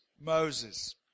Moses